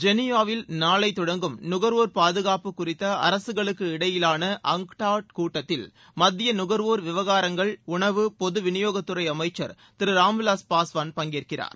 ஜெனிவாவில் நாளை தொடங்கும் நுகர்வோர் பாதுகாப்பு குறித்த அரசுகளுக்கு இடையிலான அங்டாட் கூட்டத்தில் மத்திய நுகர்வோர் விவகாரங்கள் உணவு பொது விநியோகத்துறை அமைச்சர் திரு ராம் விலாஸ் பாஸ்வான் பங்கேற்கிறார்